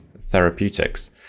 therapeutics